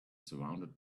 surrounded